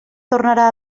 tornarà